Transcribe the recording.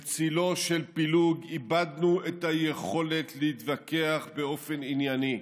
בצילו של פילוג איבדנו את היכולת להתווכח באופן ענייני,